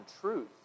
truth